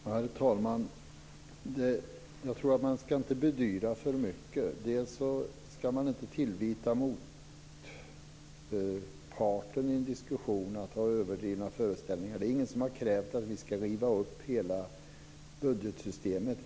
Herr talman! Jag tror att man inte ska bedyra för mycket. Man ska inte tillvita motparten i en diskussion att ha överdrivna föreställningar. Det är ingen som har krävt att vi ska riva upp hela budgetsystemet.